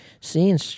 seeing